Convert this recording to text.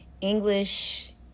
english